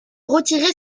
retiré